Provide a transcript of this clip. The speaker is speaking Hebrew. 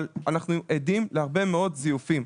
אבל אנחנו עדים להרבה מאוד זיופים.